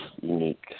unique